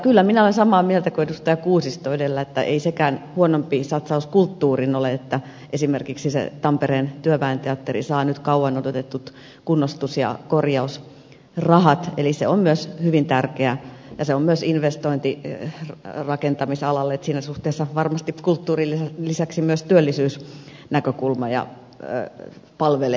kyllä minä olen samaa mieltä kuin edustaja kuusisto edellä että ei sekään huonompi satsaus kulttuuriin ole että esimerkiksi se tampereen työväen teatteri saa nyt kauan odotetut kunnostus ja korjausrahat eli se on myös hyvin tärkeä ja se on myös investointi rakentamisalalle että siinä suhteessa varmasti kulttuurin lisäksi myös työllisyysnäkökulmaa palvelee